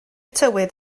tywydd